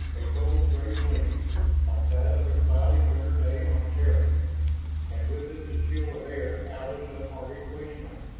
a cold, gray gleam like that of a cloudy winter day on terra and with it the chill of air out of some arctic wasteland.